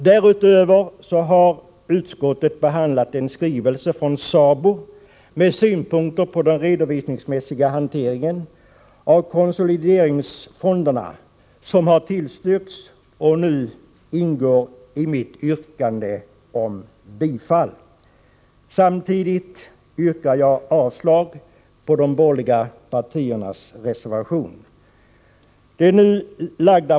Därutöver har utskottet behandlat en skrivelse från SABO med synpunkter på den redovisningsmässiga hanteringen av konsolideringsfonderna som har tillstyrkts och nu ingår i mitt yrkande om bifall. Samtidigt yrkar jag avslag på de borgerliga partiernas reservation.